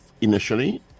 initially